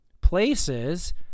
places